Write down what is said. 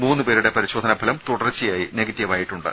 മൂന്ന് പേരുടെ പരിശോധനാഫലം തുടർച്ചയായി നെഗറ്റീവായിട്ടുണ്ട്